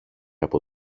από